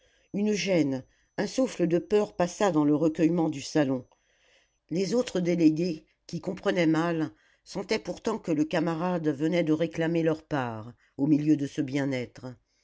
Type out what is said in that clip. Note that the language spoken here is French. une gêne un souffle de peur passa dans le recueillement du salon les autres délégués qui comprenaient mal sentaient pourtant que le camarade venait de réclamer leur part au milieu de ce bien-être